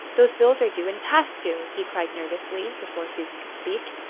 those bills are due, and past due, he cried nervously, before susan could speak.